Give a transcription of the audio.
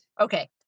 Okay